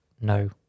no